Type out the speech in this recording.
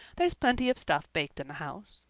there's plenty of stuff baked in the house.